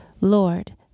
Lord